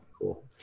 Cool